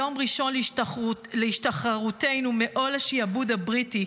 היום הראשון להשתחררותנו מעול השיעבוד הבריטי,